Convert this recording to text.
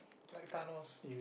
like Thanos